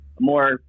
more